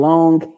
Long